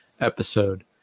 episode